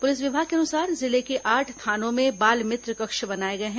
police विभाग के अनुसार जिले के आठ थानों में बाल मित्र कक्ष बनाये गए हैं